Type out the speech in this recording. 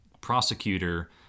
prosecutor